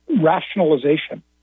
rationalization